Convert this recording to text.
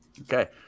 Okay